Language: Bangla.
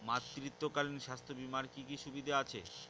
মাতৃত্বকালীন স্বাস্থ্য বীমার কি কি সুবিধে আছে?